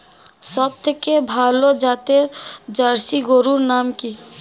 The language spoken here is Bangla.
সবথেকে ভালো জাতের জার্সি গরুর নাম কি?